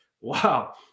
Wow